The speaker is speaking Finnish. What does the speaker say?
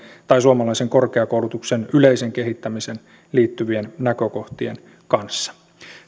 tai suomalaisen korkeakoulutuksen yleiseen kehittämiseen liittyvien näkökohtien kanssa